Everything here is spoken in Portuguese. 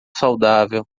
saudável